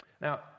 Now